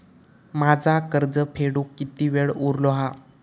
माझा कर्ज फेडुक किती वेळ उरलो हा?